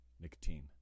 nicotine